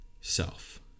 self